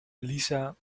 lisa